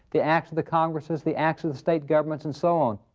the acts of the congresses, the acts of the state governments, and so on.